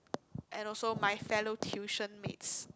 and also my fellow tuition mates